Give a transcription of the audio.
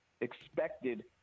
expected